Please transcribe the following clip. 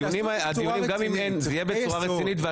הדיונים ייעשו בצורה רצינית.